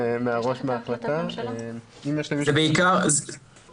להיזכר, בעיקר סביב